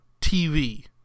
TV